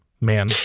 man